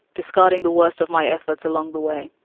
discarding the worst of my efforts along the way.